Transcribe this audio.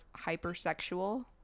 hypersexual